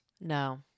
No